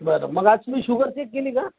बरं मग आज तुम्ही शुगर चेक केली का